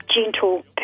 gentle